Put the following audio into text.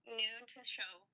new-to-show